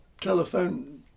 telephone